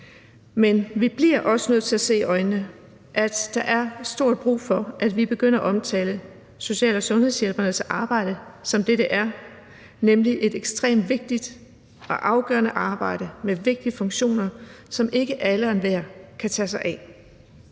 Men vi bliver også nødt til at se i øjnene, at der er stort brug for, at vi begynder at omtale social- og sundhedshjælpernes arbejde som det, der er, nemlig et ekstremt vigtigt og afgørende arbejde med vigtige funktioner, som ikke alle og enhver kan tage sig af.